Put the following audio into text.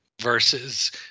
versus –